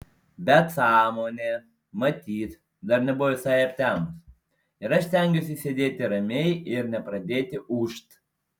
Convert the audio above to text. bet sąmonė matyt dar nebuvo visai aptemus ir aš stengiausi sėdėti ramiai ir nepradėti ūžt